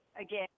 again